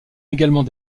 également